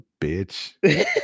bitch